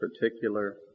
particular